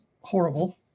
horrible